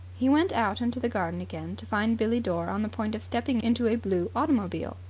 he went out into the garden again to find billie dore on the point of stepping into a blue automobile.